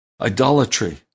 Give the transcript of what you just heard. idolatry